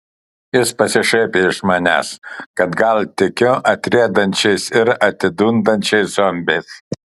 jis pasišaipė iš manęs kad gal tikiu atriedančiais ir atidundančiais zombiais